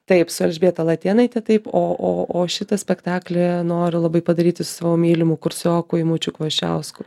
taip su elžbieta latėnaite taip o o o šitą spektaklį noriu labai padaryti su savo mylimu kursioku eimučiu kvoščiausku